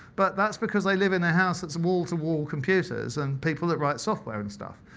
but that's because they live in a house that's wall to wall computers and people that write software and stuff.